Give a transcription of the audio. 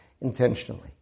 intentionally